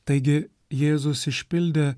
taigi jėzus išpildė